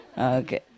Okay